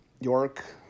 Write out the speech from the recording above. York